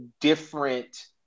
different